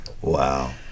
Wow